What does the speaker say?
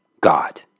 God